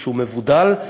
שהוא מבודל.